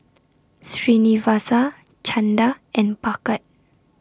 Srinivasa Chanda and Bhagat